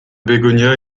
bégonia